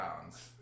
pounds